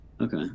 Okay